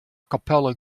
capella